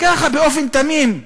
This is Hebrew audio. ככה, באופן תמים,